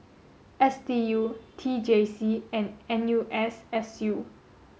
S D U T J C and N U S S U